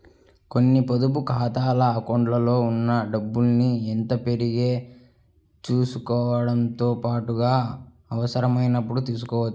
కొన్ని పొదుపు ఖాతాల అకౌంట్లలో ఉన్న డబ్బుల్ని ఎంత పెరిగాయో చూసుకోవడంతో పాటుగా అవసరమైనప్పుడు తీసుకోవచ్చు